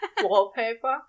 wallpaper